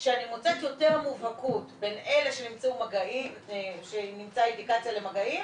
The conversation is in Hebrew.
כשאני מוצאת יותר מובהקות בין אלה שנמצאה בהם אינדיקציה למגעים,